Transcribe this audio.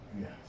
Yes